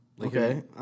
okay